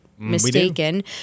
mistaken